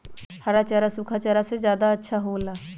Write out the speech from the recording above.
हरा चारा सूखा चारा से का ज्यादा अच्छा हो ला?